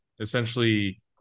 essentially